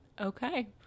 Okay